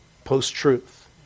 post-truth